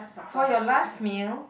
for your last meal